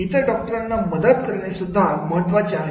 इतर डॉक्टरांना मदत करणे सुद्धा महत्त्वाचे आहे